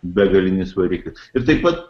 begalinis variklis ir taip pat